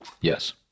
Yes